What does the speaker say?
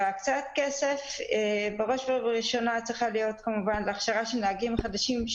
קצת כסף בראש ובראשונה צריך להיות להכשרה של נהגים חדשים.